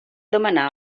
demanar